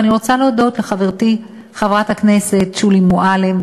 ואני רוצה להודות לחברתי חברת הכנסת שולי מועלם,